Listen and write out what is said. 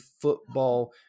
football